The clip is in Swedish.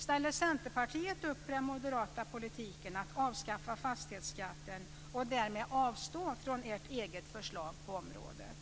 Ställer Centerpartiet upp på den moderata politiken att avskaffa fastighetsskatten och avstår ni därmed från ert eget förslag på området?